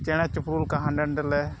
ᱪᱮᱬᱮᱼᱪᱤᱯᱨᱩ ᱞᱮᱠᱟ ᱦᱟᱸᱰᱮᱼᱱᱷᱟᱰᱮ ᱞᱮ